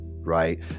right